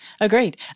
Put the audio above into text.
Agreed